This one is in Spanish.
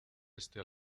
este